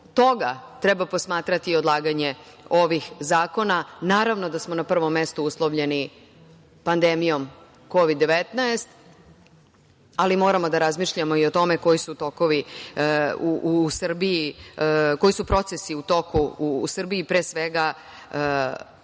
toga treba posmatrati odlaganje ovih zakona. Naravno da smo na prvom mestu uslovljeni pandemijom kovid 19, ali moramo da razmišljamo i o tome koji su procesi u toku u Srbiji, pre svega oko